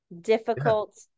difficult